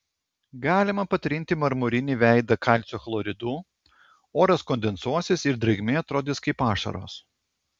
galima patrinti marmurinį veidą kalcio chloridu oras kondensuosis ir drėgmė atrodys kaip ašaros